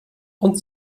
und